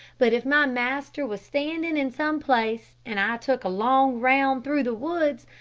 but if my master was standing in some place and i took a long round through the woods,